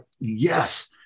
Yes